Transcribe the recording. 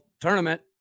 tournament